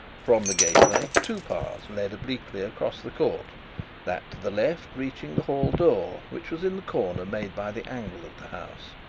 from the gateway two paths led obliquely across the court that to the left reaching the hall-door, which was in the corner made by the angle of the house,